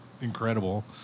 incredible